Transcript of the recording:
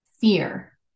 fear